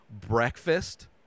breakfast